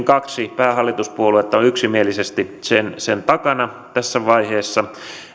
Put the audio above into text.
kaksi päähallituspuoluetta on on yksimielisesti sen sen takana tässä vaiheessa